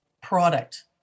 product